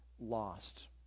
lost